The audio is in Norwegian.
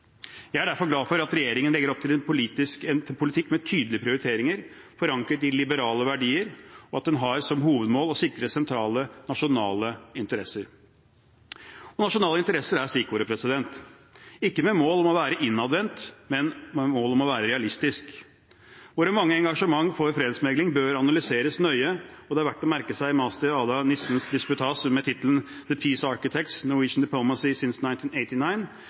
Jeg er derfor glad for at regjeringen legger opp til en politikk med tydelige prioriteringer forankret i liberale verdier, og at den har som hovedmål å sikre sentrale nasjonale interesser. Nasjonale interesser er stikkordet – ikke med mål om å være innadvendt, men med mål om å være realistisk. Våre mange engasjementer for fredsmegling bør analyseres nøye, og det er verdt å merke seg master Ada Nissens disputas med tittelen The Peace Architects. Norwegian Peace Diplomacy since 1989. Den ble omtalt i siste utgave av Morgenbladet, og Nissens konklusjoner er at de